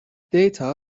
data